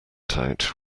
tout